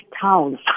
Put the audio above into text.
towns